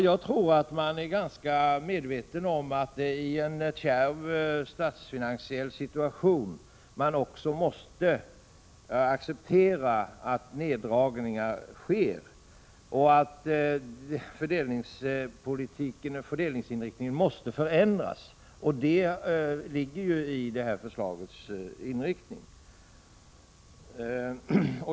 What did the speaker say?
Man är nog ganska medveten om att man i en kärv statsfinansiell situation måste acceptera att neddragningar sker och att fördelningspolitiken måste förändras. Detta ligger i förslagets inriktning.